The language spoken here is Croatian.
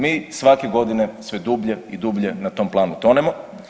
Mi svake godine sve dublje i dublje na tom planu tonemo.